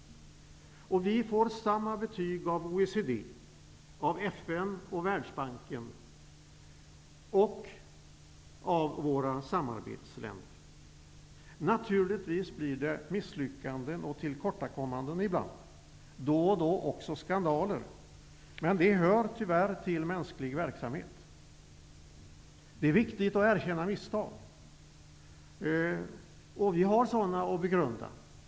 Vi får samma betyg av OECD, FN och Världsbanken samt av våra samarbetsländer. Naturligtvis blir det ibland misslyckanden, tillkortakommanden och då och då också skandaler. Men det hör tyvärr till mänsklig verksamhet. Det är viktigt att erkänna misstag. Vi har sådana att begrunda.